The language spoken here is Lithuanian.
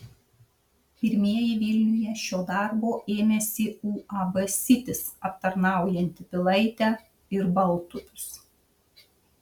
pirmieji vilniuje šio darbo ėmėsi uab sitis aptarnaujanti pilaitę ir baltupius